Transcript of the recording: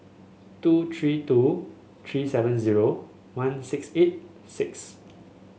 two three two three seven zero one six eight six